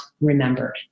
remembered